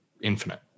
infinite